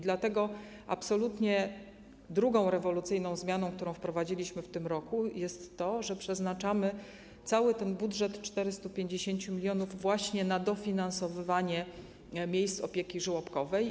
Dlatego drugą, absolutnie rewolucyjną zmianą, którą wprowadziliśmy w tym roku, jest to, że przeznaczamy cały ten budżet 450 mln właśnie na dofinansowywanie miejsc opieki żłobkowej.